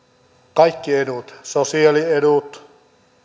kaikki edut sosiaaliedut